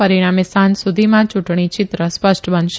પરીણામે સાંજ સુધીમાં ચુંટણી ચિત્ર સ્પષ્ટ બનશે